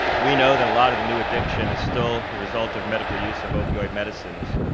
we know that a lot of the new addiction is still the result of medical use of opioid medicines.